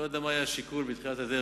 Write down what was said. אני לא יודע מה היה השיקול בתחילת הדרך,